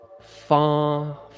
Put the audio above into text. far